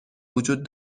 وجود